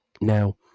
now